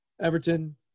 Everton